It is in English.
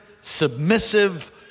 submissive